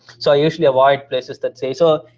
so i usually avoid places that say so.